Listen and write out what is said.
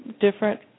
different